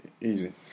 easy